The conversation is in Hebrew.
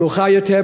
מאוחר יותר,